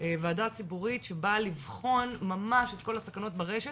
וועדה ציבורית שבאה לבחון ממש את כל הסכנות ברשת,